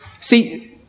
See